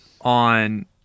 on